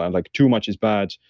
and like too much is bad,